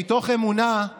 ישיב בהמשך דוד אמסלם, ואחריו,